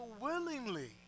willingly